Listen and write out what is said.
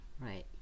Right